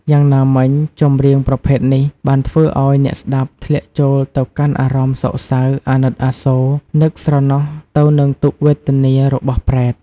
យ៉ាងណាមិញ ចម្រៀងប្រភេទនេះបានធ្វើឲ្យអ្នកស្តាប់ធ្លាក់ចូលទៅកាន់អារម្មណ៍សោកសៅ អាណិតអាសូរ នឹកស្រណោះទៅនឹងទុក្ខវេទនារបស់ប្រេត។